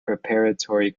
preparatory